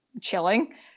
chilling